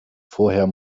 vorher